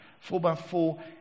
four-by-four